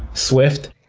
swift.